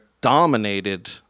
dominated